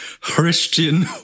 Christian